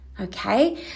okay